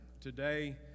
Today